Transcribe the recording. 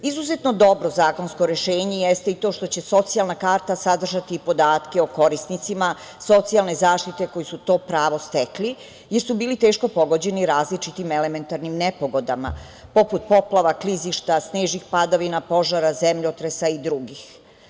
Izuzetno dobro zakonsko rešenje jeste i to što će socijalna karta sadržati podatke o korisnicima socijalne zaštite koji su to pravo stekli, jer su bili teško pogođeni različitim elementarnim nepogodama poput poplava, klizišta, snežnih padavina, požara, zemljotresa i drugih.